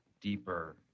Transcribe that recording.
deeper